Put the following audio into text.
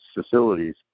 facilities